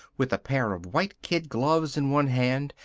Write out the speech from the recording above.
with a pair of white kid gloves in one hand,